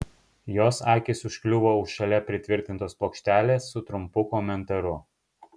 jos akys užkliuvo už šalia pritvirtintos plokštelės su trumpu komentaru